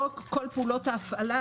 לכן,